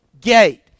Gate